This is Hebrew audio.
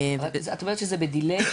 את אומרת שזה בעיכוב,